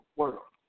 world